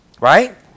Right